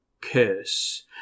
curse